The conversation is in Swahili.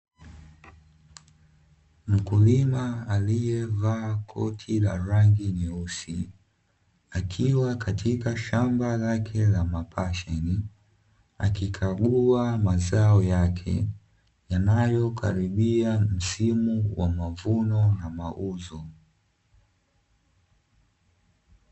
Mkulima aliyevaa koti la rangi nyeusi, akiwa katika shamba lake la mapasheni, akikagua mazao yake yanayokaribia msimu wa mavuno na mauzo.